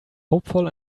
hopeful